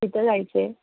तिथं जायचंय